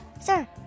Sir